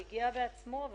שהגיע בעצמו,